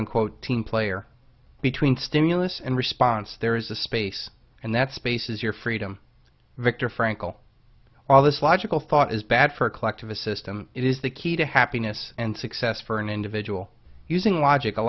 unquote team player between stimulus and response there is a space and that space is your freedom victor frankl all this logical thought is bad for collectivist system it is the key to happiness and success for an individual using logic al